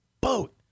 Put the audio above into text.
boat